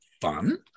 fun